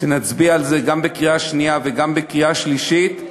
שנצביע על זה גם בקריאה שנייה וגם בקריאה שלישית,